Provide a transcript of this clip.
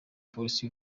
polisi